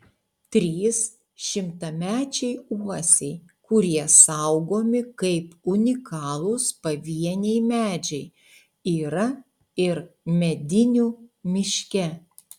trys šimtamečiai uosiai kurie saugomi kaip unikalūs pavieniai medžiai yra ir medinių miške